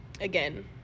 again